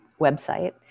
website